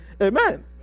Amen